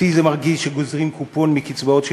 אותי זה מרגיז שגוזרים קופון מקצבאות של